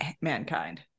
mankind